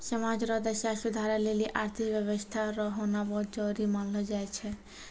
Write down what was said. समाज रो दशा सुधारै लेली आर्थिक व्यवस्था रो होना बहुत जरूरी मानलौ जाय छै